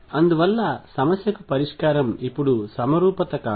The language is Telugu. అందువల్ల సమస్యకు పరిష్కారం ఇప్పుడు సమరూపత కాదు